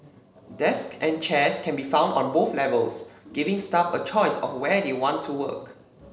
desks and chairs can be found on both levels giving staff a choice of where they want to work